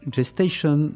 Gestation